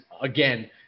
again